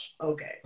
Okay